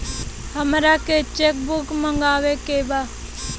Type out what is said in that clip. हमारा के cheque book मगावे के बा?